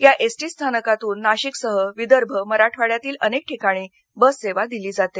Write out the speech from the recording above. या एसटी स्थानकातून नाशिकसह विदर्भ मराठवाड्यातील अनेक ठिकाणी बससेवा दिली जाते